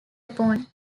upon